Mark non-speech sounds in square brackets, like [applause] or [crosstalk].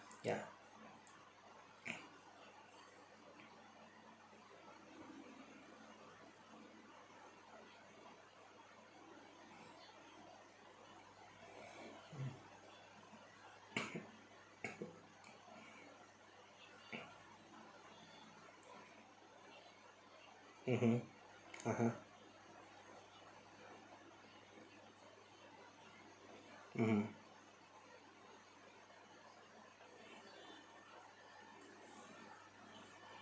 ya [breath] mmhmm (uh huh) mm